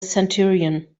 centurion